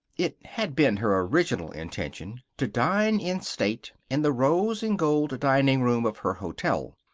it had been her original intention to dine in state in the rose-and-gold dining room of her hotel.